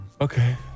Okay